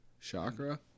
Chakra